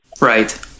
Right